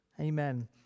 amen